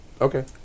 Okay